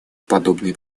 подобные